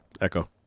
Echo